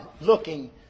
looking